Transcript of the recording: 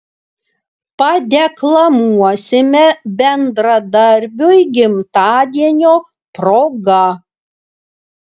padeklamuosime bendradarbiui gimtadienio proga